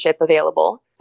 available